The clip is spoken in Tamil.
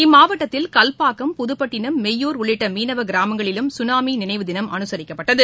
இம்மாவட்டத்தில் கல்பாக்கம் புதுப்பட்டினம் மெய்யூர் உள்ளிட்டமீனவகிராமங்களிலும் சுனாமிநினைவு தினம் அவுசரிக்கப்பட்டது